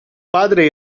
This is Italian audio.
padre